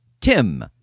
Tim